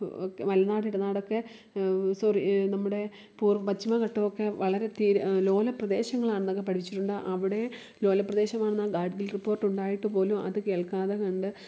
മലനാട് ഇടനാടൊക്കെ സോറി നമ്മുടെ പൂർവ്വ പശ്ചിമ ഘട്ടമൊക്കെ വളരെ തീര ലോല പ്രദേശങ്ങളാണ് എന്നൊക്കെ പഠിച്ചിട്ടുണ്ട് അവിടെ ലോലപ്രദേശമാണെന്ന ഗാഡ്ഗിൽ റിപ്പോട്ട് ഉണ്ടായിട്ടു പോലും അതു കേൾക്കാതെ കണ്ട്